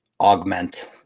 augment